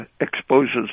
exposes